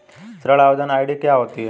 ऋण आवेदन आई.डी क्या होती है?